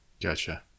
Gotcha